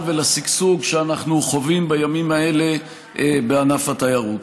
ולשגשוג שאנחנו חווים בימים האלה בענף התיירות.